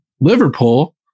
Liverpool